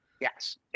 Yes